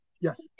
yes